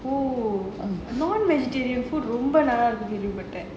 oh non-vegetarian food ரொம்ப நல்லா இருக்குன்னு கேள்வி பட்டேன்:romba nallaa irukumnu kaelvi pattaen